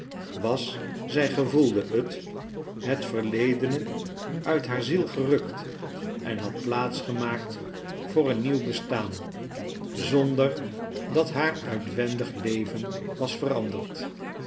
geven was zij gevoelde het het verledene uit haar ziel gerukt en had plaats gemaakt voor een nieuw bestaan zonder dat haar uitwendig leven was veranderd